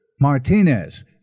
Martinez